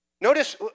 Notice